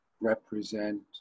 represent